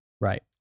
right